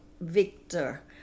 Victor